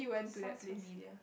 sounds familiar